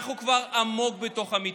אנחנו כבר עמוק בתוך המיתון.